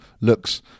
looks